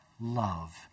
love